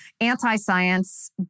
anti-science